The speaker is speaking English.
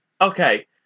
okay